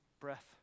breath